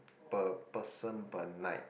per person per night